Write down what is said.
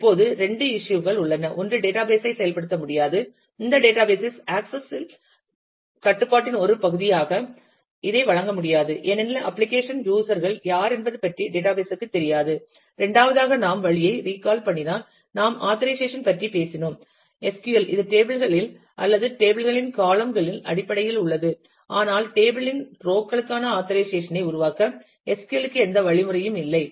இப்போது இரண்டு இஸ்யூ கள் உள்ளன ஒன்று டேட்டாபேஸ் ஐ செயல்படுத்த முடியாது இந்த டேட்டாபேஸ் இல் ஆக்சஸ் கட்டுப்பாட்டின் ஒரு பகுதியாக இதை வழங்க முடியாது ஏனெனில் அப்ளிகேஷன் யூஸர் கள் யார் என்பது பற்றி டேட்டாபேஸ் ற்கு தெரியாது இரண்டாவதாக நாம் வழியை ரீகால் பண்ணினால் நாம் ஆத்தரைசேஷன் பற்றி பேசினோம் SQL இது டேபிள் கள் அல்லது டேபிள் களின் காளம் கள் அடிப்படையில் உள்ளது ஆனால் டேபிள் இன் ரோ களுக்கான ஆத்தரைசேஷன் ஐ உருவாக்க SQL க்கு எந்த வழிமுறையும் இல்லை